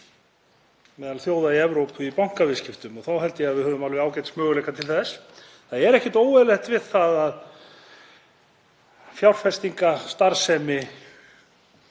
meðal þjóða í Evrópu í bankaviðskiptum og þá held ég að við höfum alveg ágætismöguleika til þess. Það er ekkert óeðlilegt við það að fjárfestingarstarfsemi